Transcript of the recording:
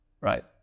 Right